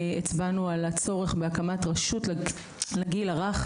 הצבענו על הצורך בהקמת רשות לגיל הרך,